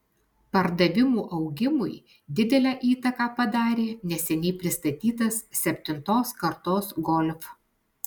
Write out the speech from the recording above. pardavimų augimui didelę įtaką padarė neseniai pristatytas septintos kartos golf